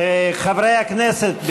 חברי הכנסת,